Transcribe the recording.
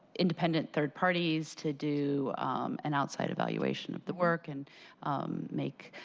independent third parties to do an outside evaluation of the work and make